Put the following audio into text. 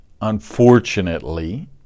unfortunately